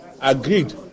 agreed